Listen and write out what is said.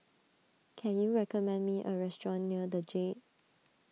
can you recommend me a restaurant near the Jade